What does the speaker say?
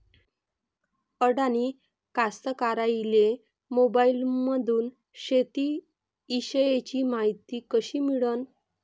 अडानी कास्तकाराइले मोबाईलमंदून शेती इषयीची मायती कशी मिळन?